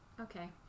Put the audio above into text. okay